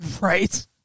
right